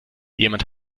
jemand